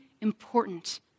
important